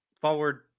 forward